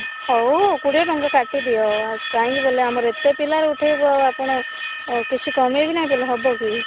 ହଉ କୋଡ଼ିଏ ଟଙ୍କା କାଟି ଦିଅ ଆଉ କାଇଁକି ବେଲେ ଆମର ଏତେ ପିଲାରେ ଉଠାଇବ ଆପଣ କିଛି କମାଇବେ ନାଇ କଲେ ହେବକି